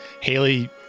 Haley